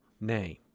name